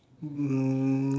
um